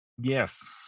yes